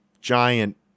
giant